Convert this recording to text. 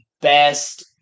best